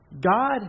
God